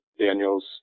Daniels